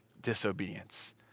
disobedience